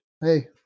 Hey